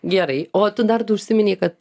gerai o tu dar tu užsiminei kad